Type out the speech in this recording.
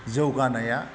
जौगानाया